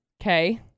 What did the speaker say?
Okay